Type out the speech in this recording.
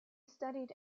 studied